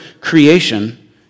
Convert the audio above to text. creation